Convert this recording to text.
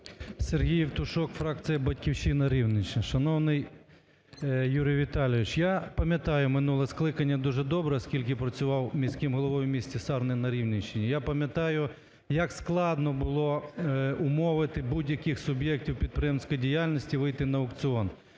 Сергій Євтушок, фракція "Батьківщина", Рівненщина. Шановний Юрій Віталійович, я пам'ятаю минуле скликання дуже добре, оскільки працював міським головою у місті Сарни на Рівненщині. Я пам'ятаю як складно було умовити будь-яких суб'єктів підприємницької діяльності вийти на аукціон.